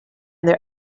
their